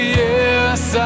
yes